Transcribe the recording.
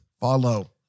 Follow